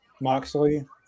Moxley